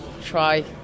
try